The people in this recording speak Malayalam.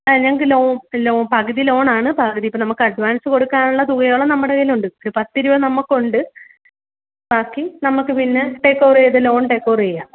ആ ഞങ്ങൾക്ക് ലോ ലോ പകുതി ലോൺ ആണ് പകുതി ഇപ്പം നമുക്ക് അഡ്വാൻസ് കൊടുക്കാനുള്ള തുകയോളം നമ്മുടെ കയ്യിൽ ഉണ്ട് ഒരു പത്ത് ഇരുപത് നമുക്ക് ഉണ്ട് ബാക്കി നമുക്ക് പിന്നെ ടേക്ക് ഓവർ ചെയ്ത് പിന്നെ ലോൺ ടേക്ക് ഓവർ ചെയ്യാം